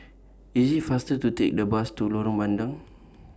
IS IT faster to Take The Bus to Lorong Bandang